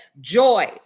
joy